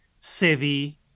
sevi